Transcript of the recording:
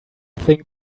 thing